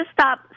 stop